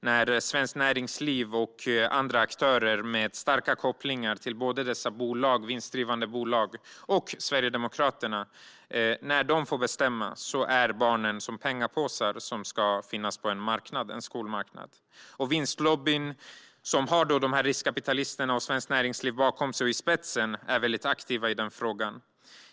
När Svenskt Näringsliv och andra aktörer med starka kopplingar till både dessa vinstdrivande bolag och till Sverigedemokraterna får bestämma är barnen som pengapåsar som ska finnas på en skolmarknad. Vinstlobbyn, som har dessa riskkapitalister och Svenskt Näringsliv bakom sig och i spetsen, är väldigt aktiv i den frågan.